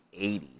80s